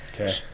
Okay